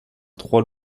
trois